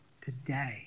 today